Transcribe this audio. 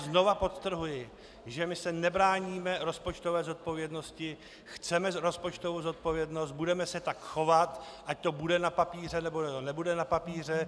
Znovu podtrhuji, že my se nebráníme rozpočtové zodpovědnosti, chceme rozpočtovou zodpovědnost, budeme se tak chovat, ať to bude na papíře, nebo nebude na papíře.